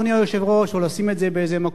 או לשים את זה באיזה מקום צדדי,